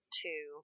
two